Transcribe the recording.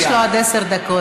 יש לו עד עשר דקות.